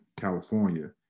California